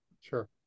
Sure